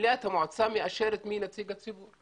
מליאת המועצה מאשרת מי נציג הציבור.